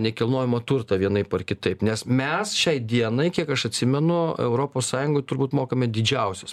nekilnojamą turtą vienaip ar kitaip nes mes šiai dienai kiek aš atsimenu europos sąjungoj turbūt mokame didžiausias